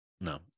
No